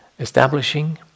Establishing